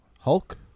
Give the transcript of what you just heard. Hulk